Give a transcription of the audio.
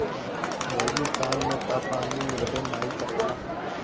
रेगिस्तान में तअ पानी मिलबे नाइ करेला